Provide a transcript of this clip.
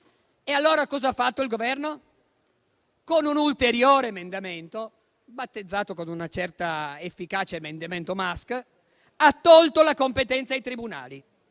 allora il Governo? Con un ulteriore emendamento, battezzato con una certa efficacia «emendamento Musk», ha tolto la competenza ai tribunali,